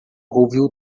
ouviu